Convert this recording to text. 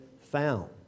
found